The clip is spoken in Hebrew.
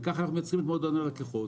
וכך אנחנו מייצרים את מועדון הלקוחות